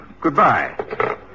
Goodbye